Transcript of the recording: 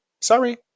Sorry